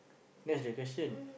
that's the question